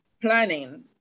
planning